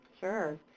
Sure